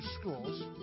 schools